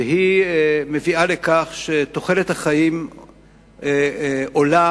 והיא מביאה לכך שתוחלת החיים עולה,